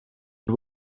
and